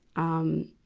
um,